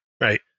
Right